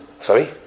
Sorry